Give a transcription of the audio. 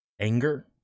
anger